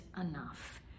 enough